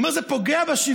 והוא אומר: זה פוגע בשוויון.